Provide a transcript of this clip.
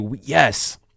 yes